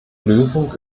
lösung